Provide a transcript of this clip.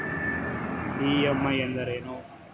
EMI ಅಂದ್ರೇನು?